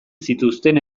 zituzten